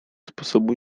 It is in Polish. sposobu